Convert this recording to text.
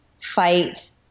fight